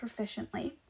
proficiently